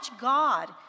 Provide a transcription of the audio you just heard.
God